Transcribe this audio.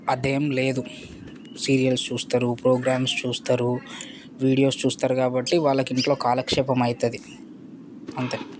అదేం లేదు సీరియల్స్ చూస్తారు ప్రోగ్రామ్స్ చూస్తారు వీడియోస్ చూస్తారు కాబట్టి వాళ్ళకు ఇంట్లో కాలక్షేపం అవుతుంది అంతే